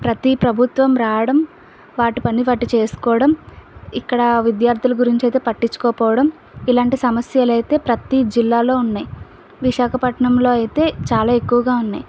ప్రతి ప్రభుత్వం రావడం వాటి పని వాటి చేసుకోవడం ఇక్కడ విద్యార్థుల గురించి అయితే పట్టించుకోకపోవడం ఇలాంటి సమస్యలు అయితే ప్రతి జిల్లాలో ఉన్నాయి విశాఖపట్నంలో అయితే చాలా ఎక్కువగా ఉన్నాయి